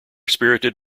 spirited